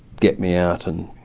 get me out. and